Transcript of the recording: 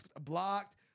blocked